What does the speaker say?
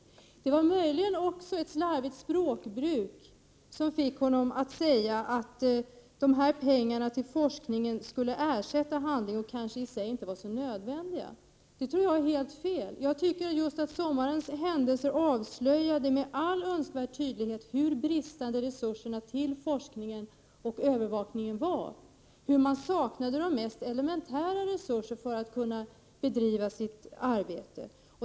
Det var möjligen också ett slarvigt språkbruk som fick Roy Ottosson att säga att pengarna till forskningen skulle ersätta handling och kanske i och för sig inte var nödvändiga. Det tror jag är helt fel. Jag tycker att sommarens händelser avslöjade med all önskvärd tydlighet hur bristande resurserna till forskning och övervakning var, hur man saknade de mest elementära resurser för att kunna bedriva miljöarbete.